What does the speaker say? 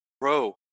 Bro